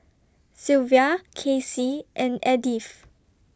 Silvia Casey and Edyth